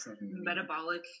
metabolic